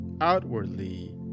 outwardly